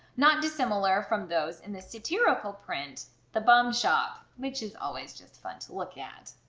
not dissimilar from those in the satirical print the bum shop which is always just fun to look at!